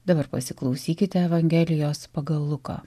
dabar pasiklausykite evangelijos pagal luką